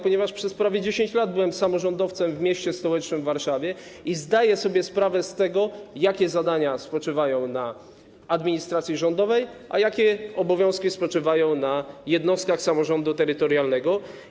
Przez prawie 10 lat byłem samorządowcem w mieście stołecznym Warszawie i zdaję sobie sprawę z tego, jakie zadania spoczywają na administracji rządowej i jakie obowiązki spoczywają na jednostkach samorządu terytorialnego.